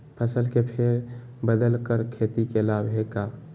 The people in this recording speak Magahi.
फसल के फेर बदल कर खेती के लाभ है का?